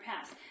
past